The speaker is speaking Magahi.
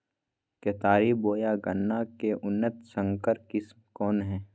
केतारी बोया गन्ना के उन्नत संकर किस्म कौन है?